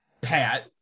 Pat